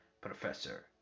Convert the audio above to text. Professor